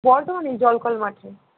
বর্ধমানেই জলকল মাঠে